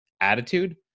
attitude